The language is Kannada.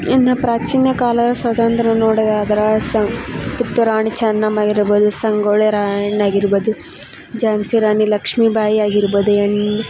ಇನ್ನು ಪ್ರಾಚೀನ ಕಾಲ ಸ್ವತಂತ್ರ ನೋಡೋದಾದರ ಸಹ ಕಿತ್ತೂರು ರಾಣಿ ಚೆನ್ನಮ್ಮ ಆಗಿರ್ಬೋದು ಸಂಗೊಳ್ಳಿ ರಾಯಣ್ಣ ಆಗಿರ್ಬೋದು ಝಾನ್ಸಿ ರಾಣಿ ಲಕ್ಷ್ಮೀ ಬಾಯಿ ಆಗಿರ್ಬೋದು ಹೆಣ್ಣ್